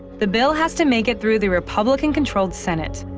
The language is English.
the bill has to make it through the republican-controlled senate,